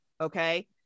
Okay